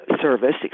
Service